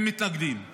הם מתנגדים.